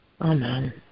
Amen